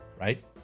right